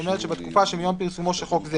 הוראת שעה 6. בתקופה שמיום פרסומו של חוק זה